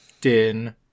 Din